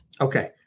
Okay